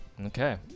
Okay